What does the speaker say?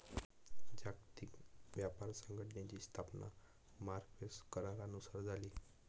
जागतिक व्यापार संघटनेची स्थापना मार्क्वेस करारानुसार झाली